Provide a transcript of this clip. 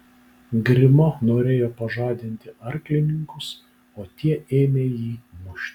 grimo norėjo pažadinti arklininkus o tie ėmė jį mušti